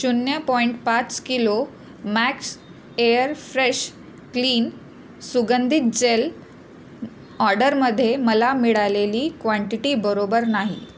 शून्य पॉइंट पाच kilo Max Air Fresh Clean सुगंधित जेल ऑर्डरमध्ये मला मिळालेली क्वांटिटी बरोबर नाही